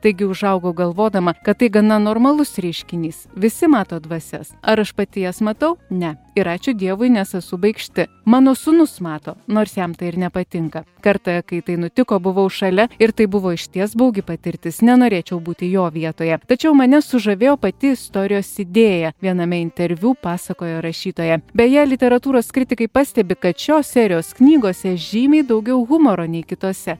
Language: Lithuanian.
taigi užaugau galvodama kad tai gana normalus reiškinys visi mato dvasias ar aš pati jas matau ne ir ačiū dievui nes esu baikšti mano sūnus mato nors jam tai ir nepatinka kartą kai tai nutiko buvau šalia ir tai buvo išties baugi patirtis nenorėčiau būti jo vietoje tačiau mane sužavėjo pati istorijos idėja viename interviu pasakojo rašytoja beje literatūros kritikai pastebi kad šios serijos knygose žymiai daugiau humoro nei kitose